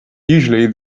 usually